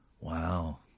Wow